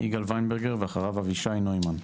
יגאל וינברגר ואחריו אבישי נוימן.